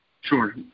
Sure